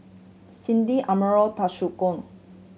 Cindy Amarion Toshiko